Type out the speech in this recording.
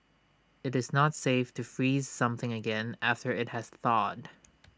IT is not safe to freeze something again after IT has thawed